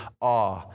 awe